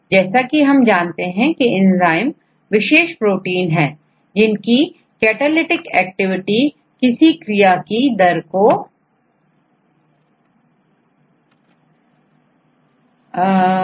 जैसा कि हम जानते हैं की एंजाइम विशेष प्रोटीन होते हैं जिनकी कैटालिटिक एक्टिविटी किसी क्रिया की दर को बढ़ा देती है